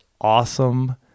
awesome